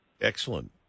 Excellent